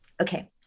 okay